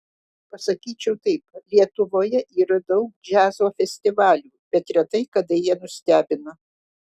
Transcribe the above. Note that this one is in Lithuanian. pasakyčiau taip lietuvoje yra daug džiazo festivalių bet retai kada jie nustebina